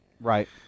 Right